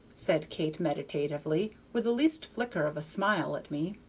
said kate, meditatively, with the least flicker of a smile at me.